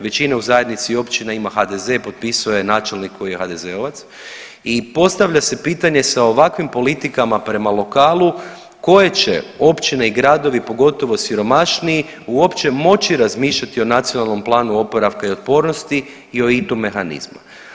Većina u zajednici općina ima HDZ, potpisao je načelnik koji je HDZ-ovac i postavlja se pitanje sa ovakvim politikama prema lokalu koje će općine i gradovi pogotovo siromašniji uopće moći razmišljati o Nacionalnom planu oporavka i otpornosti i o IT-u mehanizma.